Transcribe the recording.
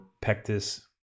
pectus